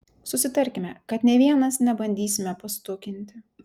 susitarkime kad nė vienas nebandysime pastukinti